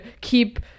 keep